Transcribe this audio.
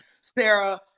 Sarah